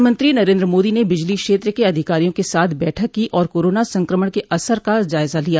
प्रधानमंत्री नरेन्द्र मोदी ने बिजली क्षेत्र के अधिकारियों के साथ बैठक की और कोरोना संक्रमण के असर का जायजा लिया